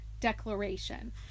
declaration